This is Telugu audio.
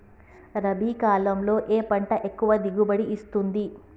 రబీ కాలంలో ఏ పంట ఎక్కువ దిగుబడి ఇస్తుంది?